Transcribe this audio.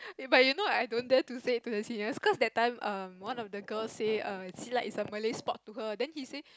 but you know I don't dare to say to the seniors cause they time um one of the girl say err Silat is a Malay sport to her then he say